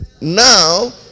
Now